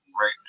right